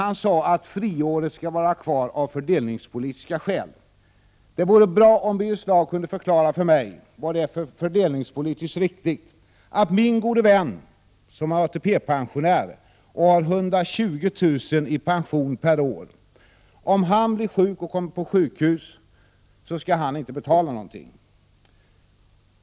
Han sade att friåret skall finnas kvar av fördelningspolitiska skäl. Det vore bra om Birger Schlaug för mig kunde förklara det fördelningspolitiskt riktiga i följande. Min gode vän som är ATP-pensionär har 120 000 kr. i pension per år. Om han blir sjuk och hamnar på sjukhus skall han inte betala något.